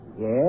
Yes